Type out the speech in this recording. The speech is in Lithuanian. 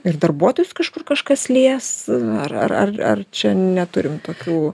ir darbuotojus kažkur kažkas lies ar ar ar ar čia neturim tokių